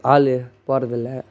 ஆள் போறதில்லை